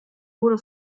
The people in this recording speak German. wurde